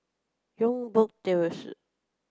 Youngberg Terrace